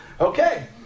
Okay